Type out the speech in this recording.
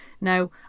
Now